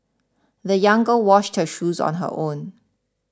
the young girl washed her shoes on her own